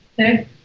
Okay